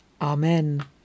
Amen